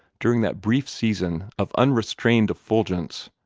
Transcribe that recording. during that brief season of unrestrained effulgence,